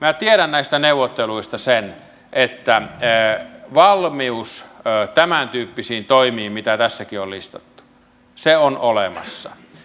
minä tiedän näistä neuvotteluista sen että valmius tämäntyyppisiin toimiin mitä tässäkin on listattu on olemassa